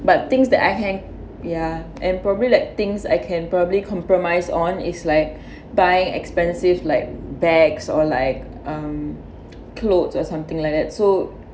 but things that I can ya and probably like things I can probably compromise on is like buying expensive like bags or like um clothes or something like that so